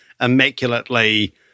immaculately